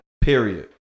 Period